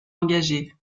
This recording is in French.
engagée